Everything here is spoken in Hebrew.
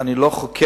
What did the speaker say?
אני לא חוקר,